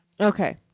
Okay